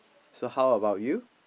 so how about you